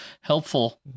helpful